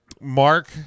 Mark